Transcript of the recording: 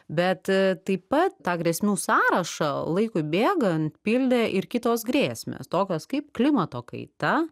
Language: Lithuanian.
bet taip pat tą grėsmių sąrašą laikui bėgant pildė ir kitos grėsmės tokios kaip klimato kaita